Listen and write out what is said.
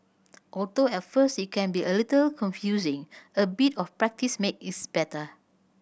although at first it can be a little confusing a bit of practice makes it better